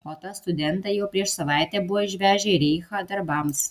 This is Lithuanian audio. o tą studentą jau prieš savaitę buvo išvežę į reichą darbams